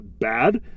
bad